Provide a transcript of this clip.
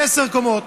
לעשר קומות.